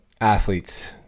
athletes